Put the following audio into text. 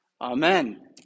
Amen